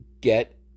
get